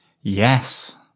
Yes